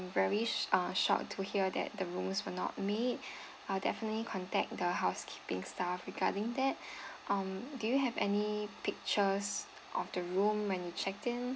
very s~ uh shocked to hear that the rooms were not neat I will definitely contact the housekeeping staff regarding that um do you have any pictures of the room when you checked in